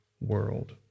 world